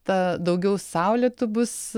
ta daugiau saulėtų bus